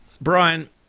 Brian